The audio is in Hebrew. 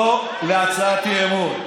לא בהצעת אי-אמון.